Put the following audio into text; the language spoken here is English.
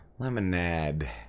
Lemonade